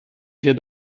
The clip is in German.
wir